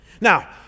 Now